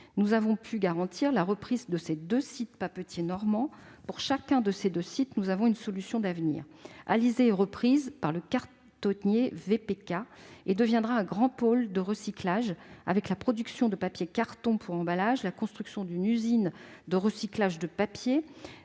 Nous avons pu garantir la reprise de ces deux sites papetiers normands. Pour chacun d'eux, nous avons une solution d'avenir. Alizay est reprise par le cartonnier VPK et deviendra un grand pôle de recyclage, avec la production de papier carton pour emballage et la construction d'une usine de recyclage de papiers.